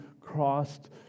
crossed